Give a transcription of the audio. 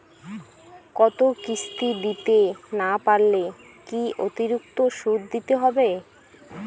কোনো কিস্তি দিতে না পারলে কি অতিরিক্ত সুদ দিতে হবে?